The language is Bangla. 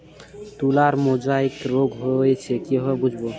তুলার মোজাইক রোগ হয়েছে কিভাবে বুঝবো?